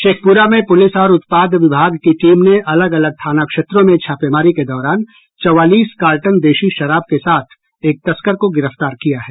शेखपुरा में पुलिस और उत्पाद विभाग की टीम ने अलग अलग थाना क्षेत्रों में छापेमारी के दौरान चौवालीस कार्टन देशी शराब के साथ एक तस्कर को गिरफ्तार किया है